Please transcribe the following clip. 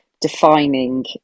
defining